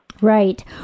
Right